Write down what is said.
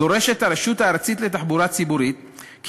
דורשת הרשות הארצית לתחבורה ציבורית כי